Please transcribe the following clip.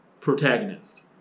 protagonist